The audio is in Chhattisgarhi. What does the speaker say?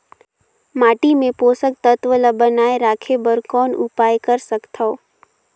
माटी मे पोषक तत्व ल बनाय राखे बर कौन उपाय कर सकथव?